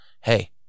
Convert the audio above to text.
hey